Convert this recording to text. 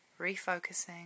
refocusing